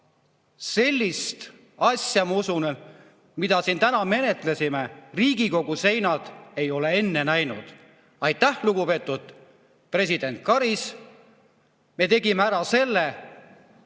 sellist asja, ma usun, mida siin täna menetlesime, Riigikogu seinad ei ole enne näinud. Aitäh, lugupeetud president Karis! Me tegime ära selle